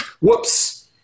Whoops